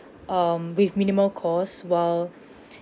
um with minimal cost while